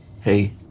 Hey